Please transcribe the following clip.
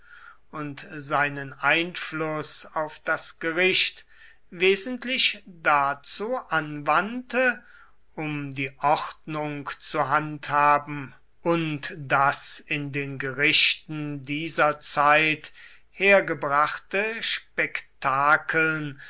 und seinen einfluß auf das gericht wesentlich dazu anwandte um die ordnung zu handhaben und das in den gerichten dieser zeit hergebrachte spektakeln